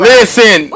Listen